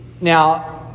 Now